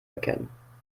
erkennen